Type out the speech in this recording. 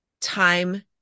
time